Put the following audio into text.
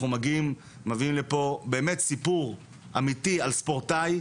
מביאים לפה באמת סיפור אמיתי על ספורטאי.